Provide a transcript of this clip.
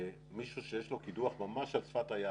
שמישהו שיש לו קידוח ממש על שפת הים